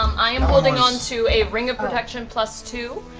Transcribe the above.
um i'm holding on to a ring of protection plus two,